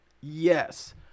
yes